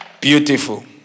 Beautiful